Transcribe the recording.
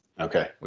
Okay